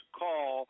call